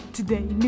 today